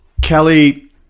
Kelly